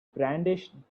brandished